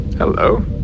Hello